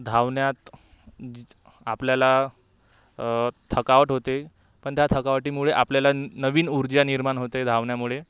धावण्यात जी आपल्याला थकावट होते पण त्या थकावटीमुळे आपल्याला नवीन ऊर्जा निर्माण होते धावण्यामुळे